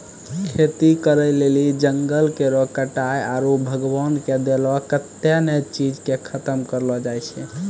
खेती करै लेली जंगल केरो कटाय आरू भगवान के देलो कत्तै ने चीज के खतम करलो जाय छै